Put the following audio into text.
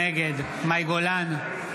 נגד מאי גולן,